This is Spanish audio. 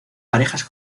parejas